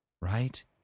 right